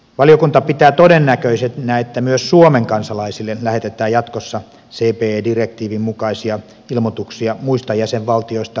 valiokunta pitää todennäköisenä että myös suomen kansalaisille lähetetään jatkossa cbe direktiivin mukaisia ilmoituksia muista jäsenvaltioista aiempaa enemmän